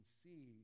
see